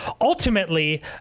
ultimately